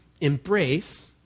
embrace